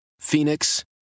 Phoenix